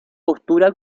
postura